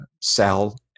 sell